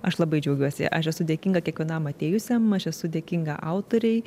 aš labai džiaugiuosi aš esu dėkinga kiekvienam atėjusiam aš esu dėkinga autorei